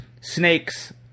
snakes